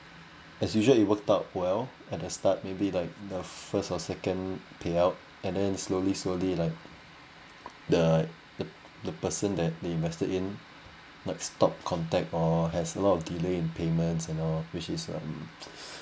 as usual it worked out well at the start maybe like in the first or second payout and then slowly slowly like the the the person that they invested in like stopped contact or has a lot of delay in payments and all which is um